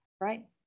right